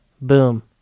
Boom